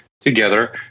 together